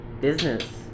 business